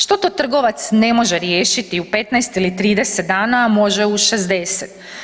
Što to trgovac ne može riješiti u 15 ili 30 dana, a može u 60?